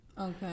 okay